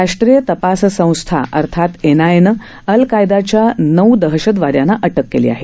राष्ट्रीय तपास संस्था अर्थात एनआयएनं अलकैदाच्या नऊ दहशतवादयांना अटक केली आहे